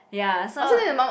ya so